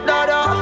Dada